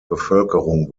bevölkerung